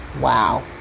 Wow